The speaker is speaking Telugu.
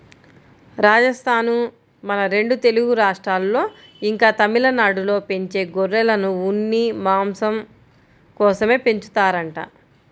రాజస్థానూ, మన రెండు తెలుగు రాష్ట్రాల్లో, ఇంకా తమిళనాడులో పెంచే గొర్రెలను ఉన్ని, మాంసం కోసమే పెంచుతారంట